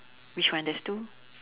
which one there's two